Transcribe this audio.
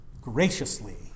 graciously